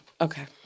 Okay